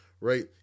right